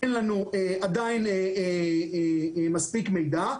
אין לנו מספיק מידע,